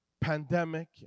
Pandemic